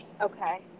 Okay